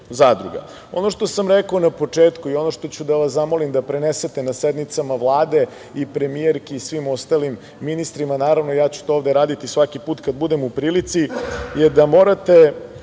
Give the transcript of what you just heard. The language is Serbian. što sam rekao na početku i ono što ću da vas zamolim da prenesete na sednicama Vlade i premijerki i svim ostalim ministrima, naravno, ja ću to ovde raditi svaki put kada budem u prilici, je da morate